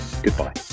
Goodbye